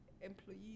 employees